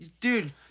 Dude